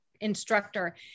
instructor